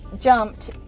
jumped